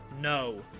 No